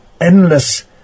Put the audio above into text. endless